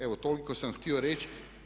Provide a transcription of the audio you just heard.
Evo, toliko sam htio reći.